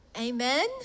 Amen